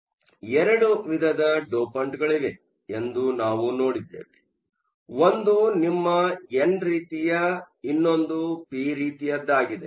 ಆದ್ದರಿಂದ 2 ವಿಧದ ಡೋಪಂಟ್ಗಳಿವೆ ಎಂದು ನಾವು ನೋಡಿದ್ದೇವೆ ಒಂದು ನಿಮ್ಮ ಎನ್ ರೀತಿಯ ಇನ್ನೊಂದು ಪಿ ರೀತಿಯದ್ದಾಗಿದೆ